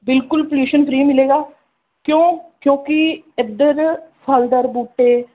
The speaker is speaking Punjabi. ਬਿਲਕੁਲ ਪਲਿਊਸ਼ਨ ਫ੍ਰੀ ਮਿਲੇਗਾ ਕਿਉਂ ਕਿਉਂਕਿ ਇੱਧਰ ਫਲਦਾਰ ਬੂਟੇ